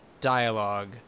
dialogue